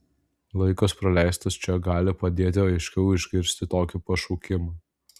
laikas praleistas čia gali padėti aiškiau išgirsti tokį pašaukimą